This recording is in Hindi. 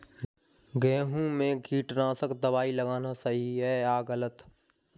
गेहूँ में कीटनाशक दबाई लगाना सही है या गलत?